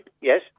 yes